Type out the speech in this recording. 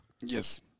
Yes